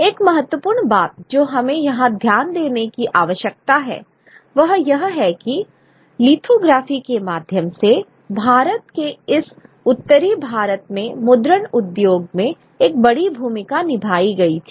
एक महत्वपूर्ण बात जो हमें यहाँ ध्यान देने की आवश्यकता है वह यह है कि लिथोग्राफी के माध्यम से भारत के इस उत्तरी भाग में मुद्रण उद्योग में एक बड़ी भूमिका निभाई गई थी